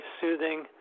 soothing